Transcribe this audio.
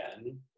again